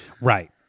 Right